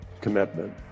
commitment